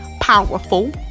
powerful